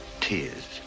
tears